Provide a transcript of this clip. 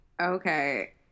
okay